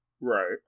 Right